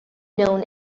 known